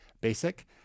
basic